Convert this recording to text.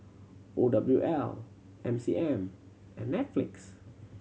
O W L M C M and Netflix